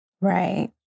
Right